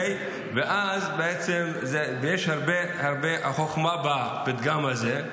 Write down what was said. אז בעצם יש הרבה חוכמה בפתגם הזה,